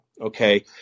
okay